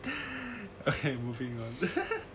okay moving on